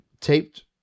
taped